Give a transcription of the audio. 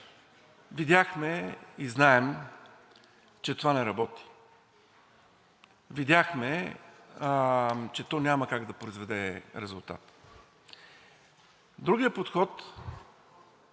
Видяхме и знаем, че това не работи. Видяхме, че то няма как да произведе резултат. Другият подход